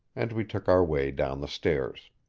and we took our way down the stairs.